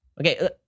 Okay